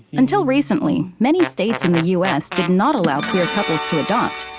until recently, many states in the u s. did not allow queer couples to adopt.